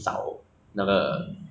sia 你几点看了我的 message 的